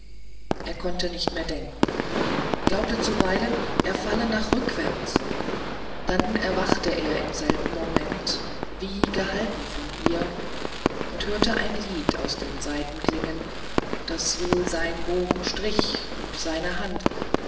er konnte nicht mehr denken glaubte zuweilen er falle nach rückwärts dann wieder erwachte er im selben moment wie gehalten von ihr und hörte ein lied aus den saiten klingen das wohl sein bogen strich und seine hand